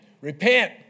Repent